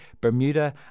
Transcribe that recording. Bermuda